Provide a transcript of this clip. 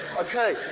Okay